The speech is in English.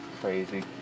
Crazy